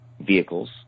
vehicles